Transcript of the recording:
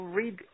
read